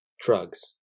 drugs